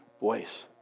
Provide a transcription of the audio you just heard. voice